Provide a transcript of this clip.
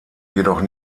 jedoch